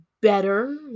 better